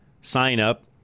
sign-up